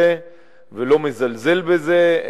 בהחלט לא מתעלם מזה ולא מזלזל בזה,